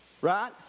right